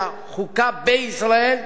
אלא חוקה בישראל,